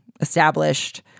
established